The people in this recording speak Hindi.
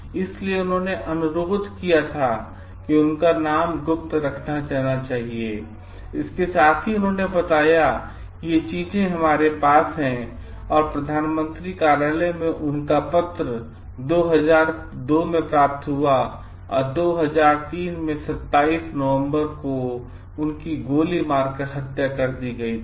इसलिए उन्होंने अनुरोध किया था उसका नाम गुप्त रखा जाना चाहिए लेकिन साथ ही उसने बताया कि ये चीजें हमारे पास हैं और प्रधानमंत्री कार्यालय में उनका पत्र २००२ में प्राप्त हुआ और २००३ में 27 नवंबर को उसकी गोली मारकर हत्या कर दी गई थी